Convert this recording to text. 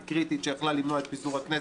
קריטית שיכלה למנוע את פיזור הכנסת,